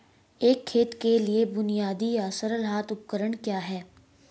एक खेत के लिए बुनियादी या सरल हाथ उपकरण क्या हैं?